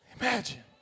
imagine